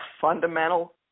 fundamental